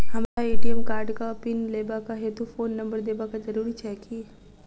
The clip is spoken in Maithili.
हमरा ए.टी.एम कार्डक पिन लेबाक हेतु फोन नम्बर देबाक जरूरी छै की?